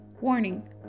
Warning